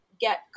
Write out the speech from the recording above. get